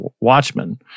Watchmen